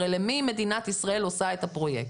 הרי למי מדינת ישראל עושה את הפרויקט?